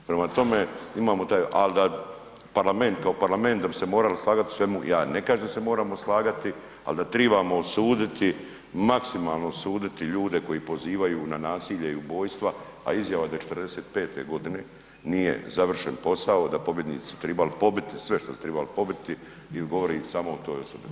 Prema tome imamo ... ali da parlament kao parlament, da bi se morali slagati u svemu, ja ne kažem da se moramo slagati ali da trebamo osuditi, maksimalno osuditi ljude koji pozivaju na nasilje i ubojstva a izjava da '45. g. nije završen posao, da pobjednici su trebali pobiti sve što se trebali pobiti, govori samo o toj osobi.